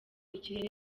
ikirere